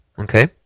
okay